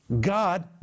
God